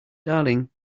darling